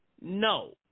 No